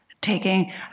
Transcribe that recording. Taking